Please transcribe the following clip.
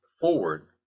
forward